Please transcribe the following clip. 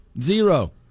Zero